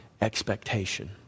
expectation